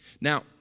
Now